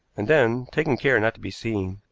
and then, taking care not to be seen,